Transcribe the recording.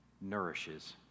nourishes